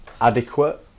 adequate